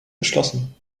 geschlossen